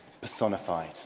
personified